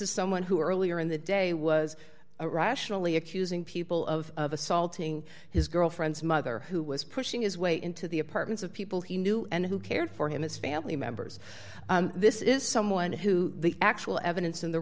is someone who earlier in the day was a rationally accusing people of assaulting his girlfriend's mother who was pushing his way into the apartments of people he knew and who cared for him his family members this is someone who the actual evidence in the